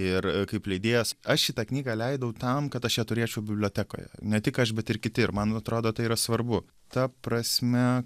ir kaip leidėjas aš šitą knygą leidau tam kad aš ją turėčiau bibliotekoje ne tik aš bet ir kiti ir man atrodo tai yra svarbu ta prasme